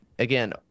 again